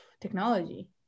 technology